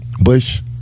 Bush